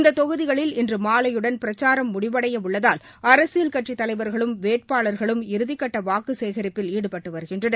இந்த தொகுதிகளில் இன்று மாலையுடன் பிரச்சாரம் முடிவடையவுள்ளதால் அரசியல் கட்சித் தலைவர்களும் வேட்பாளர்களும் இறுதிக்கட்ட வாக்கு சேகரிப்பில் ஈடுபட்டு வருகின்றனர்